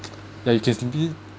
like you're just been